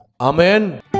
Amen